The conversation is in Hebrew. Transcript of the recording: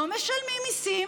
לא משלמים מיסים,